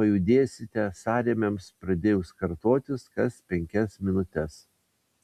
pajudėsite sąrėmiams pradėjus kartotis kas penkias minutes